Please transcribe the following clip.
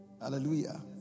Hallelujah